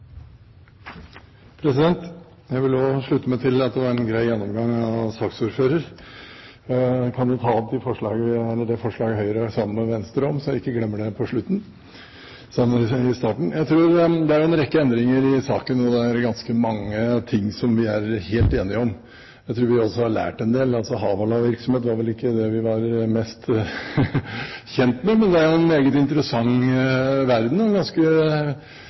slutte meg til at det var en grei gjennomgang av saksordføreren. Jeg vil nå i starten ta opp det forslaget Høyre står sammen med Venstre om, så jeg ikke glemmer det på slutten. Det er en rekke endringer i saken, og det er ganske mange ting som vi er helt enige om. Jeg tror vi også har lært en del. Hawala-virksomhet var vel ikke det vi var mest kjent med, men det er jo en meget interessant verden – en ganske